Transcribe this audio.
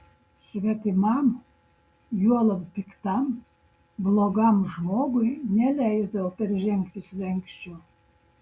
svetimam juolab piktam blogam žmogui neleisdavo peržengti slenksčio